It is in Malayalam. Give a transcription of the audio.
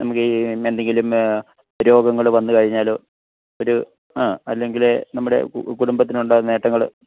നമുക്ക് ഇതിൽനിന്ന് എന്തെങ്കിലും രോഗങ്ങൾ വന്നുകഴിഞ്ഞാലോ ഒരു ആ അല്ലെങ്കിൽ നമ്മുടെ കുടുംബത്തിനുണ്ടാകുന്ന നേട്ടങ്ങൾ